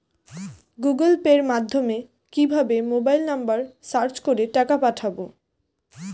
Google পের মাধ্যমে কিভাবে মোবাইল নাম্বার সার্চ করে টাকা পাঠাবো?